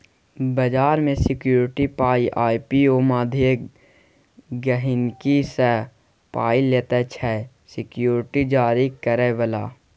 बजार मे सिक्युरिटीक पाइ आइ.पी.ओ माध्यमे गहिंकी सँ पाइ लैत छै सिक्युरिटी जारी करय बला